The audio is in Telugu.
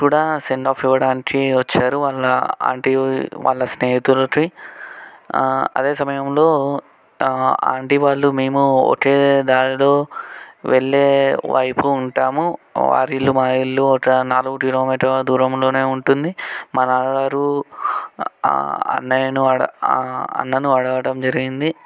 కూడా సెండ్ ఆఫ్ ఇవ్వడానికి వచ్చారు వాళ్ళ ఆంటీ వాళ్ళ స్నేహితులకి అదే సమయంలో ఆంటీ వాళ్ళు మేము ఒకే దారిలో వెళ్ళే వైపు ఉంటాము వారి ఇల్లు మా ఇల్లు ఒక నాలుగు కిలోమీటర్లు దూరంలోనే ఉంటుంది మా నాన్నగారు అన్నయ్యను అన్నను అడగటం జరిగింది